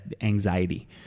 anxiety